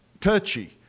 touchy